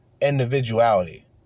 individuality